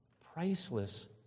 priceless